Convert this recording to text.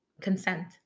consent